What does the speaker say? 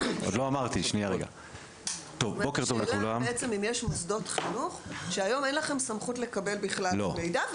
היא בעצם אם יש מוסדות חינוך שהיום אין לכם סמכות לקבל בכלל מידע,